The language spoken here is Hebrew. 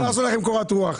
אני מקווה לעשות לכם קורת רוח,